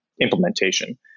Implementation